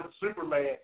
Superman